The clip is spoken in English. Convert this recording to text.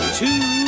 two